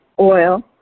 oil